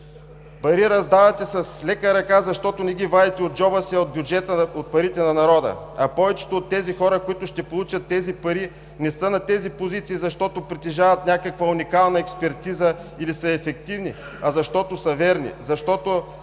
„Пари раздавате с лека ръка, защото не ги вадите от джоба си, а от бюджета – от парите на народа. А повечето от хората, които ще получат тези пари, не са на такива позиции, защото притежават някаква уникална експертиза или са ефективни, а защото са верни;